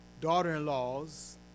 daughter-in-laws